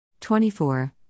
24